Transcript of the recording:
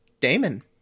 Damon